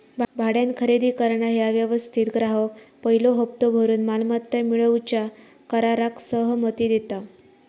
भाड्यान खरेदी करणा ह्या व्यवस्थेत ग्राहक पयलो हप्तो भरून मालमत्ता मिळवूच्या कराराक सहमती देता